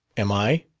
am i?